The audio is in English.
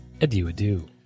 adieu-adieu